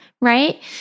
right